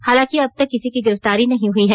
हालांकि अभी तक किसी की गिरफ्तारी नहीं हुई है